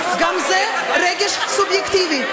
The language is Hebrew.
גם היא רגש סובייקטיבי,